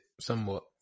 somewhat